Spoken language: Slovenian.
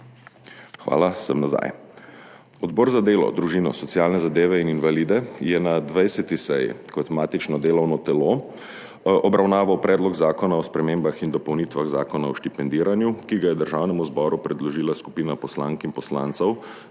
Hvala, sem nazaj! Odbor za delo, družino, socialne zadeve in invalide je na 20. seji kot matično delovno telo obravnaval Predlog zakona o spremembah in dopolnitvah Zakona o štipendiranju, ki ga je Državnemu zboru predložila skupina poslank in poslancev